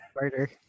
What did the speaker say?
murder